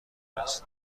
است